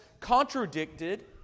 contradicted